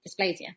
dysplasia